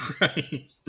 Right